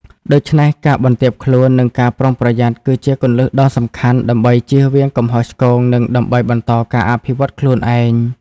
ដូច្នេះ ការបន្ទាបខ្លួន និងការប្រុងប្រយ័ត្ន គឺជាគន្លឹះដ៏សំខាន់ដើម្បីជៀសវាងកំហុសឆ្គង និងដើម្បីបន្តការអភិវឌ្ឍន៍ខ្លួនឯង។